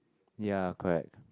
ya correct